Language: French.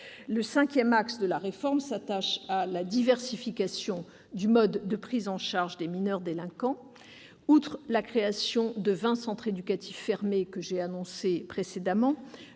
Le cinquième axe de la réforme concerne la diversification du mode de prise en charge des mineurs délinquants. Outre la création de vingt centres éducatifs fermés, que j'ai annoncée précédemment,